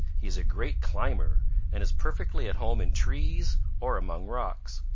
he is a great climber and is perfectly at home in trees or among rocks.